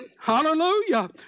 Hallelujah